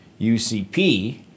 UCP